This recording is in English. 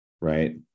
Right